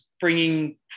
bringing